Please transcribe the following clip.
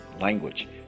language